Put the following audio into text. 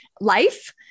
life